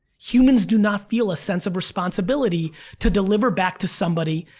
humans do not feel a sense of responsibility to deliver back to somebody.